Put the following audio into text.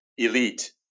elite